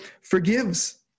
forgives